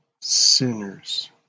sinners